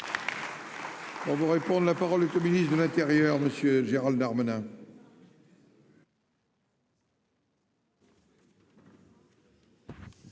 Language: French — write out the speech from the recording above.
On vous réponde : la parole au ministre de l'Intérieur, Monsieur Gérald Darmanin.